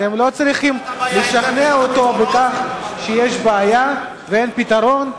אתם לא צריכים לשכנע אותו בכך שיש בעיה ואין פתרון,